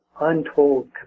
untold